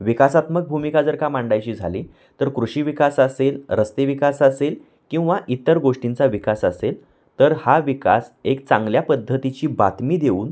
विकासात्मक भूमिका जर का मांडायची झाली तर कृषी विकास असेल रस्ते विकास असेल किंवा इतर गोष्टींचा विकास असेल तर हा विकास एक चांगल्या पद्धतीची बातमी देऊन